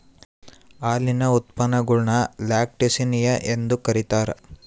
ಹಾಲಿನ ಉತ್ಪನ್ನಗುಳ್ನ ಲ್ಯಾಕ್ಟಿಸಿನಿಯ ಎಂದು ಕರೀತಾರ